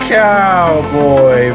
cowboy